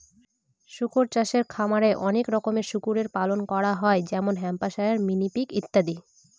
শুকর চাষে খামারে অনেক রকমের শুকরের পালন করা হয় যেমন হ্যাম্পশায়ার, মিনি পিগ ইত্যাদি